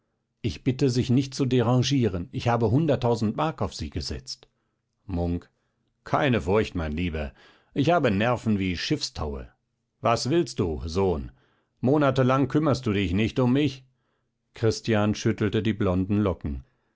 ich bitte sich nicht zu derangieren ich habe hunderttausend mark auf sie gesetzt munk keine furcht mein lieber ich habe nerven wie schiffstaue was willst du sohn monatelang kümmerst du dich nicht um mich christian schüttelte die blonden locken